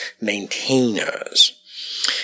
maintainers